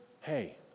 hey